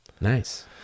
Nice